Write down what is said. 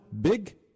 big